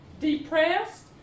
depressed